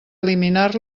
eliminar